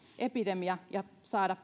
tämän epidemian ja saada